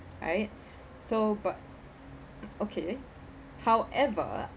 right so but okay however